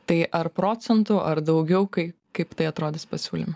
tai ar procentu ar daugiau kai kaip tai atrodys pasiūlyme